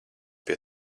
pie